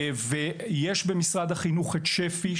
יש במשרד החינוך את שפ"י,